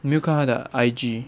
你没有看他的 I_G